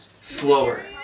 slower